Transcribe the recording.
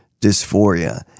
dysphoria